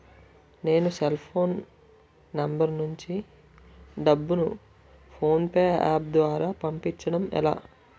నేను cell phone number నుంచి డబ్బును ను ఫోన్పే అప్ ద్వారా పంపించడం ఎలా?